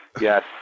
yes